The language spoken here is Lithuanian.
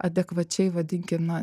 adekvačiai vadinkim na